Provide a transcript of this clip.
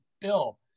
Bill